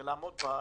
ולעמוד בזה.